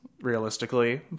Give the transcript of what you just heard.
realistically